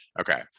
Okay